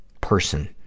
person